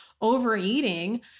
Overeating